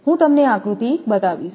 હું તમને આકૃતિ બતાવીશ